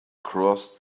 crossed